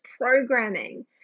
programming